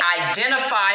identify